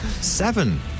Seven